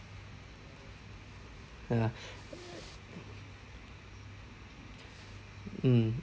ya mm